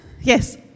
Yes